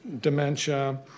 dementia